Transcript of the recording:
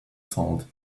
salt